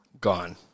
gone